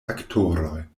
aktoroj